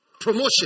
Promotion